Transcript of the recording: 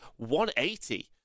180